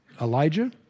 Elijah